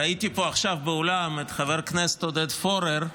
ראיתי פה עכשיו באולם את חבר הכנסת עודד פורר.